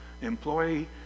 employee